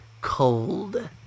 Cold